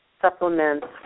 supplements